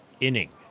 inning